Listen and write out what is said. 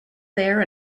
there